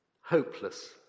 Hopeless